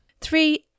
Three